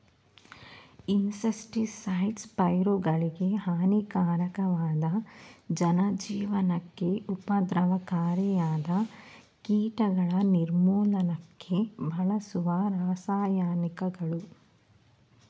insecticides ಪೈರುಗಳಿಗೆ ಹಾನಿಕಾರಕವಾದ ಜನಜೀವನಕ್ಕೆ ಉಪದ್ರವಕಾರಿಯಾದ ಕೀಟಗಳ ನಿರ್ಮೂಲನಕ್ಕೆ ಬಳಸುವ ರಾಸಾಯನಿಕಗಳು